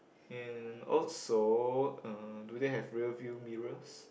and also uh do they have rear view mirrors